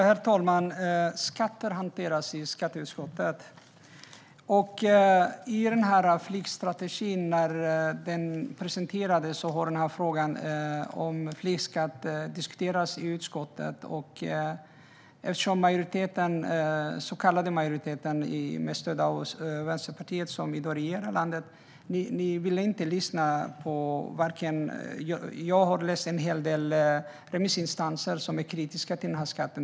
Herr talman! Skatter hanteras i skatteutskottet. När flygstrategin presenterades hade frågan om flygskatt diskuterats i utskottet. Majoriteten, den så kallade majoriteten som med stöd av Vänsterpartiet vill regera landet, ville inte lyssna på kritiken. Jag har läst en hel del utlåtanden från remissinstanser som är kritiska till den här skatten.